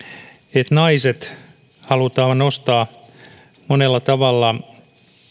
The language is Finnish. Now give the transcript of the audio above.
että naiset halutaan nostaa monella tavalla